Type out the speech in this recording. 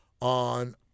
on